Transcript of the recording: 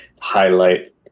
highlight